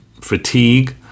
fatigue